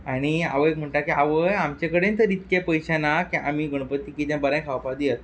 आनी आवयक म्हणटा की आवय आमचे कडेन तर इतके पयशे ना की आमी गणपतीक कितें बरें खावपाक दियात